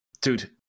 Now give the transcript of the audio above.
Dude